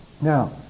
now